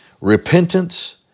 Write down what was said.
repentance